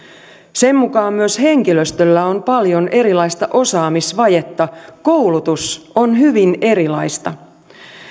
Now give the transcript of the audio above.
sen mukaan myös henkilöstöllä on paljon erilaista osaamisvajetta koulutus on hyvin erilaista